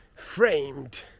Framed